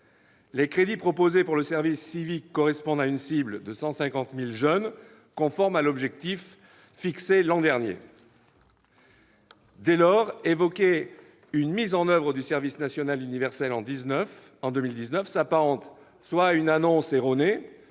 Les crédits proposés pour le service civique correspondent à une cible de 150 000 jeunes, conforme à l'objectif fixé l'an dernier. Dès lors, évoquer une mise en oeuvre du service national universel dès 2019 s'apparente soit à une annonce erronée,